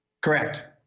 Correct